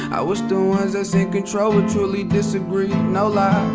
i wish the ones that's in control would truly disagree. no lie